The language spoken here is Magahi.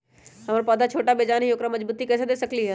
हमर पौधा छोटा बेजान हई उकरा मजबूती कैसे दे सकली ह?